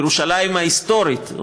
ירושלים ההיסטורית,